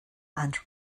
and